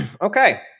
Okay